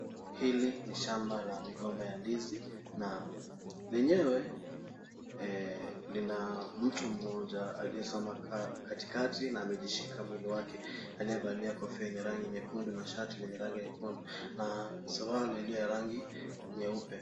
Hili ni shamba la migomba ya ndizi na lenyewe lina mtu mmoja aliyesimama katikati na amejishika mwili wake. Aliyevalia kofia yenye rangi nyekundu na shati lenye rangi nyekundu na suruali ndiyo ya rangi nyeupe.